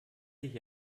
dich